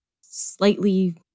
slightly